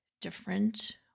different